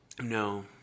No